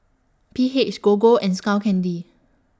P H Gogo and Skull Candy